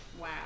Wow